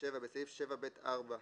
(7)בסעיף 7ב(4),